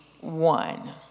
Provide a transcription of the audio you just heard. one